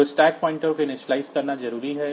तो stack pointer को initialise करना ज़रूरी है